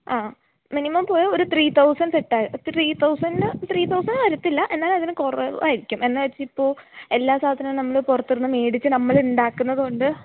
ആ മിനിമം പോയാല് ഒരു three thousand three thousand three thousand വരില്ല എന്നാൽ അതിലും കുറവായിരിക്കും എന്നുവെച്ച് ഇപ്പോള് എല്ലാ സാധനവും നമ്മള് പുറത്തുനിന്ന് മേടിച്ച് നമ്മളുണ്ടാക്കുന്നതുകൊണ്ട്